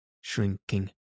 shrinking